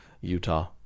Utah